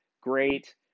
great